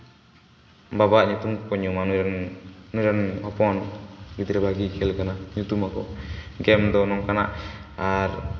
ᱵᱟᱵᱟᱣᱟᱜ ᱧᱩᱛᱩᱢ ᱠᱚᱠᱚ ᱧᱩᱢᱟ ᱱᱩᱭᱨᱮᱱ ᱦᱚᱯᱚᱱ ᱜᱤᱫᱽᱨᱟᱹ ᱵᱷᱟᱜᱮᱭ ᱠᱷᱮᱞ ᱠᱟᱱᱟ ᱧᱩᱛᱩᱢᱟ ᱠᱚ ᱜᱮᱢ ᱫᱚ ᱱᱚᱝᱠᱟᱱᱟᱜ ᱟᱨ